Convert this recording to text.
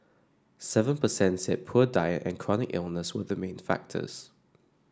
seven per cent said poor diet and chronic illness were the main factors